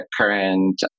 current